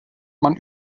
man